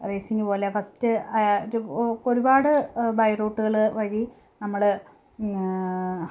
racing പോലെ first ഒരു ഒരുപാട് ബൈ റൂട്ടുകൾ വഴി നമ്മൾ